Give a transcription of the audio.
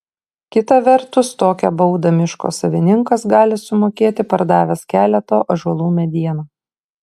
kita vertus tokią baudą miško savininkas gali sumokėti pardavęs keleto ąžuolų medieną